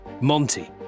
Monty